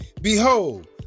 Behold